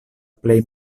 plej